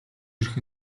ирэх